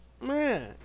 Man